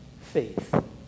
faith